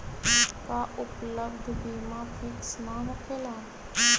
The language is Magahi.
का उपलब्ध बीमा फिक्स न होकेला?